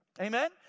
Amen